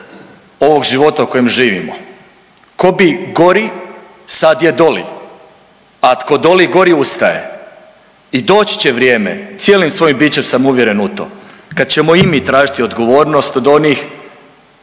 ovog života u kojem živimo, tko bi gori, sad je doli, a tko doli gori ustaje. I doći će vrijeme, cijelim svojim bićem sam uvjeren u to, kad ćemo i mi tražiti odgovornost od onih